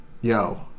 Yo